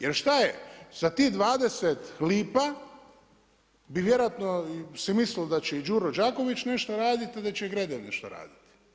Jer šta je za tih 20 lipa bi vjerojatno se mislilo da će i Đuro Đaković nešto raditi, a da će i Gredelj nešto raditi.